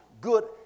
good